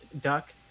duck